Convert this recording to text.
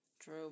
True